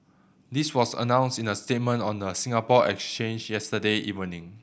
this was announced in a statement on the Singapore Exchange yesterday evening